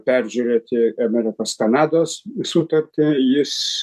peržiūrėti amerikos kanados sutartį jis